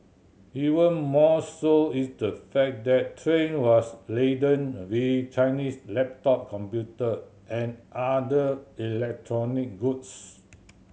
even more so is the fact that train was laden with Chinese laptop computer and other electronic goods